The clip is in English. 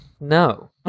no